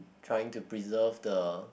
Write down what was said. trying to preserve the